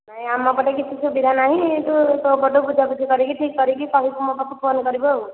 ନାହିଁ ଆମ ପାଟେ କିଛି ସୁବିଧା ନାହିଁ ତୁ ତୋ ପଟୁ ବୁଝା ବୁଝି କରିକି ଠିକ୍ କରିକି କହିବୁ ମୋ ପାଖକୁ ଫୋନ କରିବୁ ଆଉ